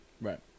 Right